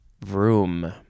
Vroom